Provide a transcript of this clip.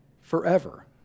Forever